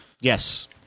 Yes